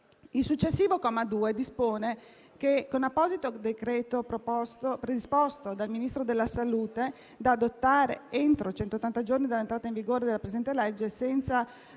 Il successivo comma 2 dispone che, con apposito decreto predisposto dal Ministro della salute, da adottare entro centottanta giorni dall'entrata in vigore della presente legge, senza